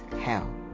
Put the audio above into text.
hell